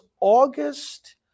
August